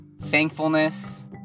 thankfulness